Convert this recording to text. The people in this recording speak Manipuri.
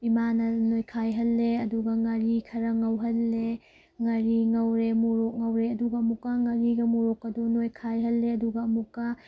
ꯏꯃꯥꯅ ꯅꯣꯏꯈꯥꯏ ꯍꯜꯂꯦ ꯑꯗꯨꯒ ꯉꯥꯔꯤ ꯈꯔ ꯉꯧꯍꯜꯂꯦ ꯉꯥꯔꯤ ꯉꯧꯔꯦ ꯃꯣꯔꯣꯛ ꯉꯧꯔꯦ ꯑꯗꯨꯒ ꯑꯃꯨꯛꯀ ꯉꯥꯔꯤꯒ ꯃꯣꯔꯣꯛꯀꯗꯣ ꯅꯣꯏꯈꯥꯏꯍꯜꯂꯦ ꯑꯗꯨꯒ ꯑꯃꯨꯛꯀ